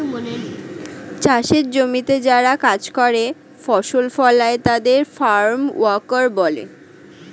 চাষের জমিতে যারা কাজ করে, ফসল ফলায় তাদের ফার্ম ওয়ার্কার বলে